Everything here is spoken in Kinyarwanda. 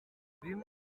bimwe